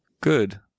good